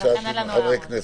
ולכן אין לנו הערות.